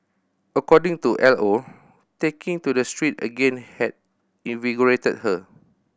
according to L O taking to the street again had invigorated her